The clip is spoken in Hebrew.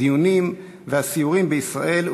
דיונים וסיורים בישראל,